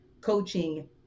coaching